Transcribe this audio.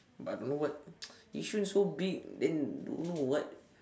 but I don't know what yishun so big then don't know what